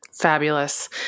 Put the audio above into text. fabulous